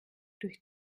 durch